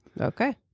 Okay